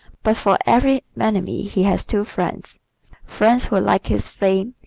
but for every enemy he has two friends friends who like his flame,